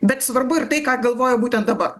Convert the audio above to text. bet svarbu ir tai ką galvoja būtent dabar